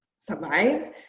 survive